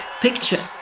picture